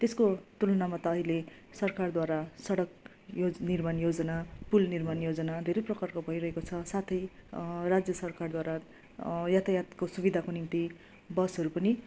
त्यसको तुलनामा त अहिले सरकारद्वारा सडक यो निर्माण योजना पुल निर्माण योजना धेरै प्रकारको भइरहेको छ साथै राज्य सकरारद्वारा यातायातको सुविधाको निम्ति बसहरू पनि